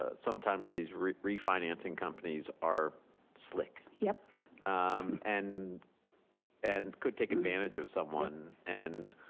ah sometimes these refinancing companies are slick. yeah and and could take advantage of someone. and